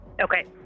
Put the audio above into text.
Okay